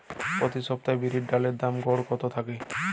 প্রতি সপ্তাহে বিরির ডালের গড় দাম কত থাকে?